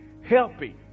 helping